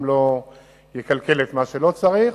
גם לא לקלקל את מה שלא צריך.